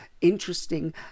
interesting